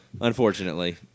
unfortunately